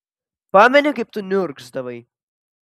pameni kaip tu niurgzdavai